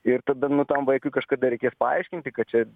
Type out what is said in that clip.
ir tada nu tam vaikui kažkada reikės paaiškinti kad čia